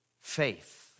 faith